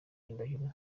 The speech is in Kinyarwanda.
indahiro